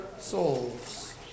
souls